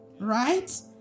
right